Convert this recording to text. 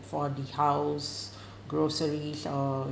for the house groceries or